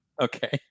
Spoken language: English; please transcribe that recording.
Okay